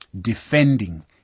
Defending